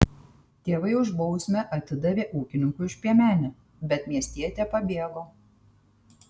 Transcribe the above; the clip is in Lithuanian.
tėvai už bausmę atidavė ūkininkui už piemenę bet miestietė pabėgo